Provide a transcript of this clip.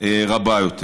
רבה יותר.